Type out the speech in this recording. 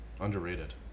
Underrated